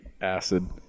acid